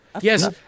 Yes